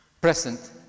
present